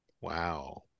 Wow